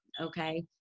okay